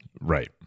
right